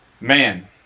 man